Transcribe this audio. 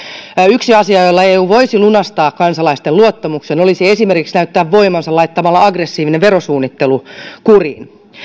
yksi asia jolla eu voisi lunastaa kansalaisten luottamuksen olisi esimerkiksi näyttää voimansa laittamalla aggressiivinen verosuunnittelu kuriin